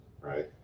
right